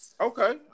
Okay